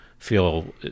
feel